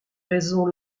raison